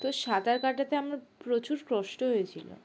তো সাঁতার কাটাতে আমার প্রচুর কষ্ট হয়েছিলো